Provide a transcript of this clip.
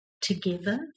together